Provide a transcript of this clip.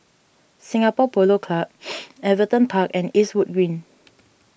Singapore Polo Club Everton Park and Eastwood Green